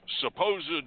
supposed